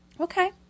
Okay